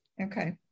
Okay